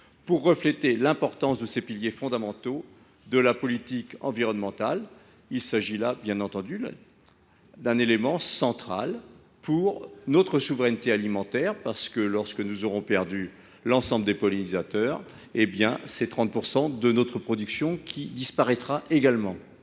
pour refléter l’importance de ces piliers fondamentaux de la politique environnementale. Il s’agit là, bien entendu, d’un élément central pour notre souveraineté alimentaire. En effet, lorsque nous aurons perdu l’ensemble des pollinisateurs, c’est 30 % de notre production qui disparaîtra également